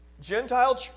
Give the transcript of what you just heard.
Gentile